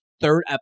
third